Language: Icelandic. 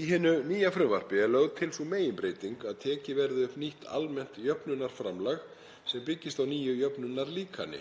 Í hinu nýja frumvarpi er lögð til sú meginbreyting að tekið verði upp nýtt almennt jöfnunarframlag sem byggist á nýju jöfnunarlíkani.